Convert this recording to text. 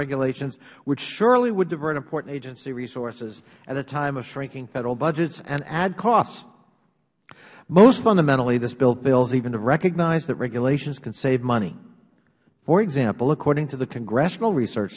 regulations which surely would divert important agency resources at a time of shrinking federal budgets and add costs most fundamentally this bill fails even to recognize that regulations can save money for example according to the congressional research